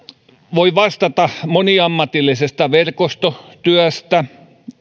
voi vastata moniammatillisesta verkostotyöstä